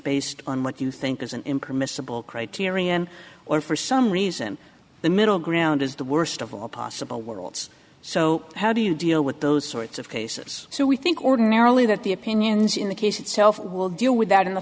based on what you think is an impermissible criterion or for some reason the middle ground is the worst of all possible worlds so how do you deal with those sorts of cases so we think ordinarily that the opinions in the case itself will deal with that in the